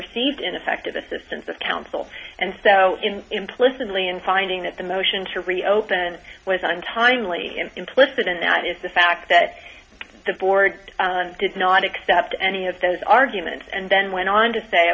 received ineffective assistance of counsel and so implicitly in finding that the motion to reopen was untimely and implicit in that is the fact that the board did not accept any of those arguments and then went on to say